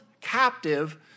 captive